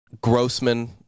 Grossman